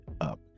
up